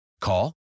Call